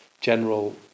general